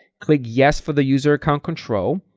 click yes for the user account control,